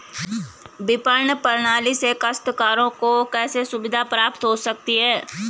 विपणन प्रणाली से काश्तकारों को कैसे सुविधा प्राप्त हो सकती है?